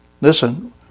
Listen